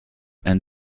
and